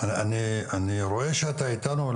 ראדי נג'ם.